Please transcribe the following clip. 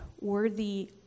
worthy